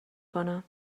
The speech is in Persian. کنم